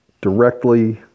directly